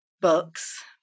books